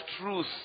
truth